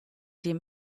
dem